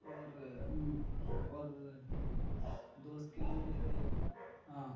اور اور دوست کے لیے میرے کیا آں